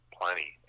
plenty